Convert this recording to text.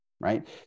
right